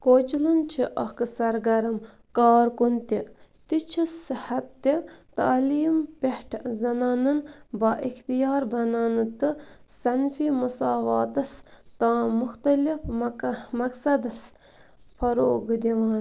کوچلن چھُ اکھ سرگرم کارکُن تہِ تہِ چھُ صحت تہِ تعلیٖم پٮ۪ٹھٕ زنانَن با اختیار بناونہٕ تہٕ صنفی مساواتَس تام مُختلِف مَقہ مقصدَس فروغ دِوان